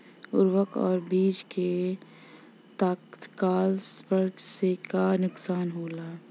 उर्वरक और बीज के तत्काल संपर्क से का नुकसान होला?